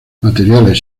materiales